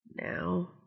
Now